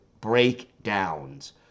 breakdowns